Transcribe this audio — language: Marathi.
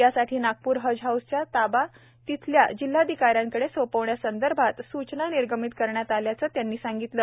यासाठी नागपूर हज हाऊसचा ताबा तेथील जिल्हाधिकाऱ्यांकडे सोपविण्यासंदर्भात सूचना निर्गमित करण्यात आल्या असल्याचे त्यांनी सांगितले